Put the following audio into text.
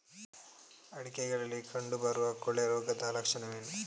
ಅಡಿಕೆಗಳಲ್ಲಿ ಕಂಡುಬರುವ ಕೊಳೆ ರೋಗದ ಲಕ್ಷಣವೇನು?